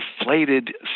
inflated